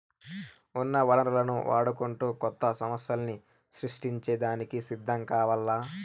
ఉన్న వనరులను వాడుకుంటూ కొత్త సమస్థల్ని సృష్టించే దానికి సిద్ధం కావాల్ల